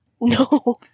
No